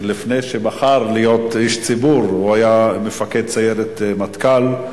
שלפני שבחר להיות איש ציבור הוא היה מפקד סיירת מטכ"ל.